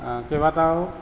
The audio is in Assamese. কেইবাটাও